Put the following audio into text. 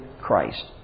Christ